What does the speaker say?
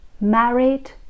married